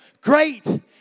Great